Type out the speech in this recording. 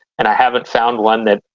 and i haven't found one that,